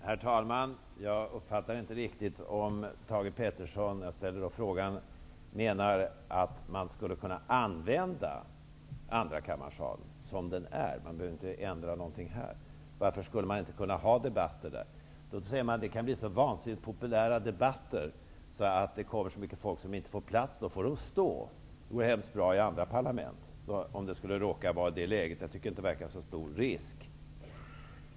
Herr talman! Jag uppfattade inte riktigt om Thage G. Peterson menade att man skulle kunna använda andrakammarsalen som den är. Varför kan man inte ha debatterna där? Man invänder att det skulle kunna bli så vansinnigt populära debatter och att det kan komma så mycket folk att de inte får plats utan får stå. Det går ju bra i andra parlament. Men jag tycker inte att det verkar vara så stor risk att det skulle bli så.